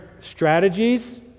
strategies